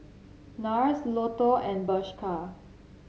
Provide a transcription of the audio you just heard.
NARS Lotto and Bershka